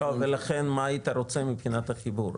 ולכן מה היית רוצה מבחינת החיבור,